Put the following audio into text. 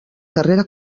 carrera